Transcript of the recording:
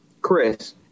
chris